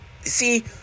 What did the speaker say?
see